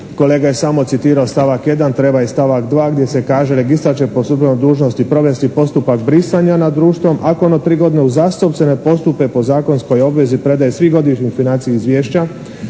kolega je samo citirao stavak 1., treba i stavak 2. gdje se kaže: "Registar će po službenoj dužnosti provesti postupak brisanja nad društvo ako tri godine uzastopce ne postupe po zakonskoj obvezi predaji svih godišnjih financijskih izvješća,